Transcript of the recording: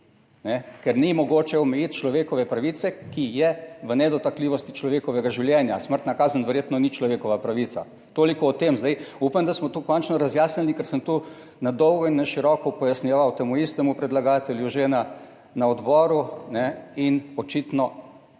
Ker ni mogoče omejiti človekove pravice, ki je v nedotakljivosti človekovega življenja, smrtna kazen verjetno ni človekova pravica. Toliko o tem, zdaj upam, da smo to končno razjasnili, ker sem to na dolgo in na široko pojasnjeval temu istemu predlagatelju že na odboru in očitno